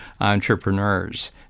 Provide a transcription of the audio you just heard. entrepreneurs